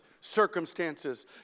circumstances